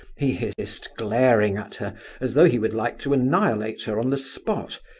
he hissed, glaring at her as though he would like to annihilate her on the spot.